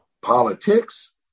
Politics